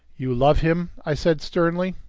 you love him? i said sternly.